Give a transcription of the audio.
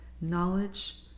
knowledge